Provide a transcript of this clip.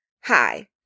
Hi